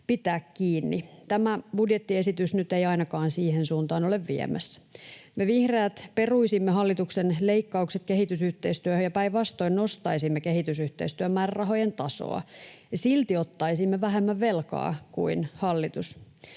pitää kiinni. Tämä budjettiesitys nyt ei ainakaan siihen suuntaan ole viemässä. Me vihreät peruisimme hallituksen leikkaukset kehitysyhteistyöhön ja päinvastoin nostaisimme kehitysyhteistyön määrärahojen tasoa, ja silti ottaisimme vähemmän velkaa kuin hallitus.